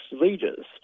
leaders